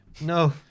No